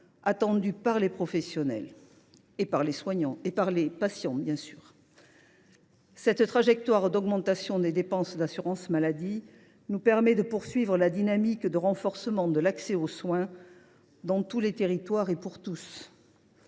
attendues par les professionnels et par les patients. Cette trajectoire d’augmentation des dépenses d’assurance maladie nous permet de poursuivre la dynamique de renforcement de l’accès aux soins dans tous les territoires et pour tous.